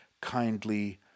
kindly